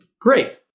Great